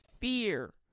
fear